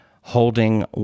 holding